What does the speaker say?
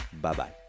Bye-bye